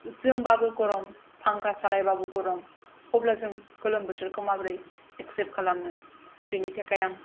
जोमबाबो गरम फांखा सालायबाबो गरम अब्लाजों गोलोम बोथोरखौ माबोरै एक्सेप्त खालामनो बिनि थाखाय आं